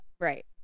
Right